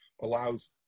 allows